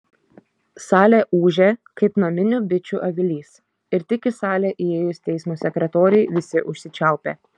salė ūžė kaip naminių bičių avilys ir tik į salę įėjus teismo sekretorei visi užsičiaupė